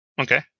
Okay